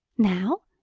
now?